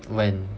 when